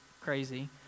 crazy